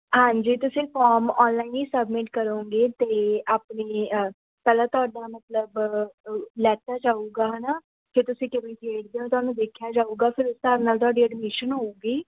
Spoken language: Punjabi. ਹਾਂਜੀ ਤੁਸੀਂ ਫੋਮ ਔਨਲਾਈਨ ਹੀ ਸਬਮਿਟ ਕਰੋਗੇ ਅਤੇ ਆਪਣੇ ਪਹਿਲਾਂ ਤੁਹਾਡਾ ਮਤਲਬ ਲੈਤਾ ਜਾਊਗਾ ਹੈ ਨਾ ਕਿ ਤੁਸੀਂ ਕਿਵੇਂ ਖੇਡਦੇ ਹੋ ਤੁਹਾਨੂੰ ਦੇਖਿਆ ਜਾਊਗਾ ਫਿਰ ਉਸ ਹਿਸਾਬ ਨਾਲ ਤੁਹਾਡੀ ਐਡਮਿਸ਼ਨ ਹੋਊਗੀ